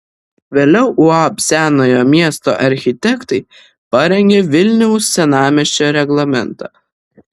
vėliau uab senojo miesto architektai parengė vilniaus senamiesčio reglamentą